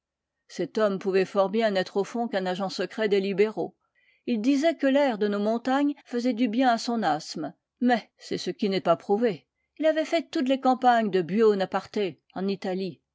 cet homme pouvait fort bien n'être au fond qu'un agent secret des libéraux il disait que l'air de nos montagnes faisait du bien à son asthme mais c'est ce qui n'est pas prouvé il avait fait toutes les campagnes de buonaparté en italie